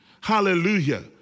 Hallelujah